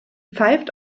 pfeift